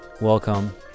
welcome